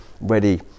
ready